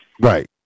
Right